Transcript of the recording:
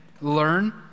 learn